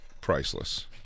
Priceless